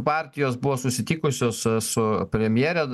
partijos buvo susitikusios su premjere